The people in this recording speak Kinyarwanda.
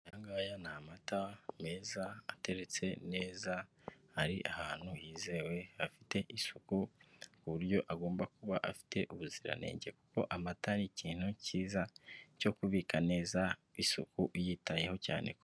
Aha ngaya ni amata meza, ateretse neza ari ahantu hizewe afite isuku ku buryo agomba kuba afite ubuziranenge kuko amata ni ikintu cyiza cyo kubika neza, isuku uyitayeho cyane.